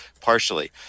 partially